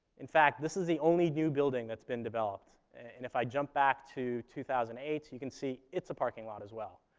in fact, this is the only new building that's been developed, and if i jump back to two thousand and eight, you can see it's a parking lot as well.